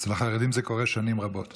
אצל החרדים זה קורה שנים רבות.